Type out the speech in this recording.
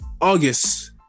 August